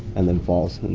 and then falls in.